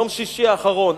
יום שישי האחרון,